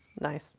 Nice